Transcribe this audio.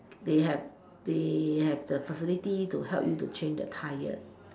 they have they have the facilities to help you change the tyre